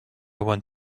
want